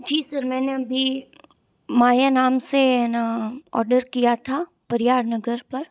जी sir मैंने अभी माया नाम से है न ऑर्डर किया था परयार नगर पर